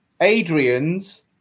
Adrian's